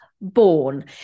born